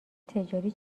تجاری